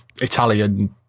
italian